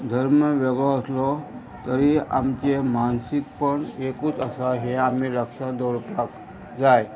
धर्म वेगळो आसलो तरी आमचें मानसीकपण एकूच आसा हें आमी लक्षां दवरपाक जाय